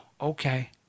Okay